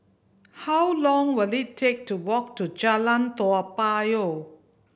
how long will it take to walk to Jalan Toa Payoh